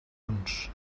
punts